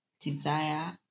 desire